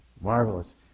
marvelous